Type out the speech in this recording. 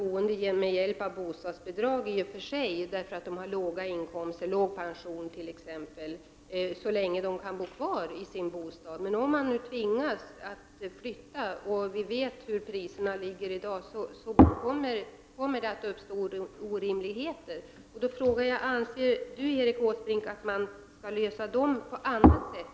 Om de har låg lön eller låg pension kan de klara sitt boende med hjälp av bostadsbidrag så länge de kan bo kvar i sin bostad. Men om de tvingas att flytta kommer det att uppstå orimligheter. Vi vet på vilken nivå priserna ligger i dag. Därför frågar jag: Anser Erik Åsbrink att man skall lösa de problemen på annat sätt?